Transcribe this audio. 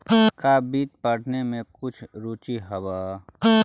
का वित्त पढ़ने में कुछ रुचि हवअ